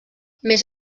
més